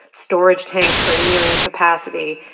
storage tanks are nearing capacity.